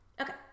okay